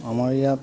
আমাৰ ইয়াত